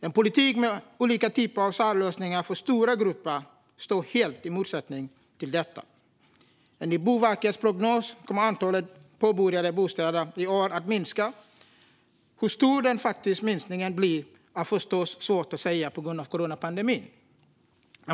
En politik med olika typer av särlösningar för stora grupper står helt i motsättning till detta. Enligt Boverkets prognos kommer antalet påbörjade bostäder i år att minska. Hur stor minskningen faktiskt blir är förstås svårt att säga på grund av coronapandemin.